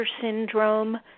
syndrome